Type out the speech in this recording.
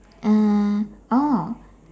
uh oh